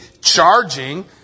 charging